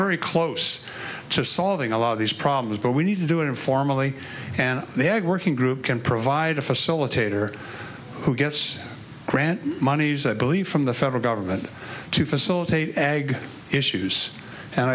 very close to solving a lot of these problems but we need to do it informally and the ag working group can provide a facilitator who gets grant monies i believe from the federal government to facilitate ag issues and